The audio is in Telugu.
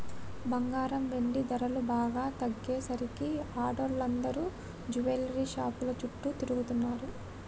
బంగారం, వెండి ధరలు బాగా తగ్గేసరికి ఆడోళ్ళందరూ జువెల్లరీ షాపుల చుట్టూ తిరుగుతున్నరు